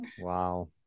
Wow